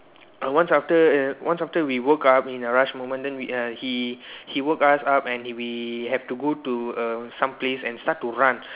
err once after uh once after we woke up in a rush moment then we uh he he woke us up and we have to go to uh some place and start to run